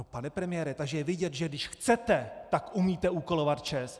Pane premiére, takže je vidět, že když chcete, tak umíte úkolovat ČEZ!